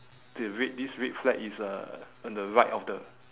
the red this red flag is uh on the right of the